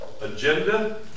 agenda